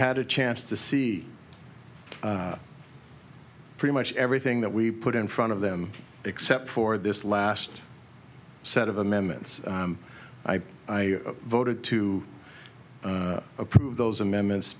had a chance to see pretty much everything that we put in front of them except for this last set of amendments i i voted to approve those amendments